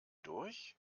durch